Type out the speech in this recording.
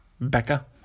Becca